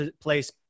place